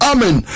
Amen